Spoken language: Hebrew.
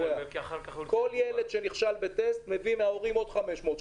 כל ילד שנכשל בטסט מביא מההורים עוד 500 שקלים,